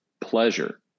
pleasure